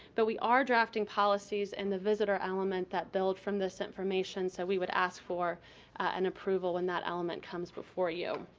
but we are drafting policies in the visitor element that build from this information so we would ask for an approval when that element comes before you.